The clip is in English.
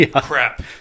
crap